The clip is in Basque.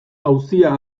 auzia